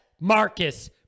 Marcus